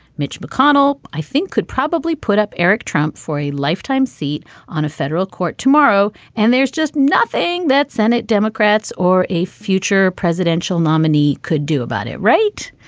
mitch mcconnell i think could probably put up eric trump for a lifetime seat on a federal court tomorrow. and there's just nothing that senate democrats or a future presidential nominee could do about it. right.